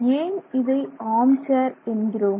ஏன் இதை armchair என்கிறோம்